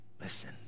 listen